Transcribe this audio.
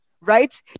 right